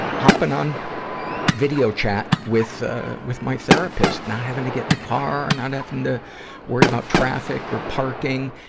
hopping on video chat with, ah, with my therapist not having to get in the car, not having to worry about traffic or parking.